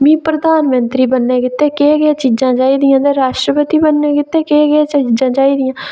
मिगी प्रधानमंत्री बनने गितै केह् केह् चीजां चाही दियां ते राष्ट्रपति बनने गितै केह् केह् चीज़ां चाही दियां